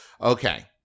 Okay